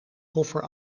koffer